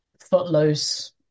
footloose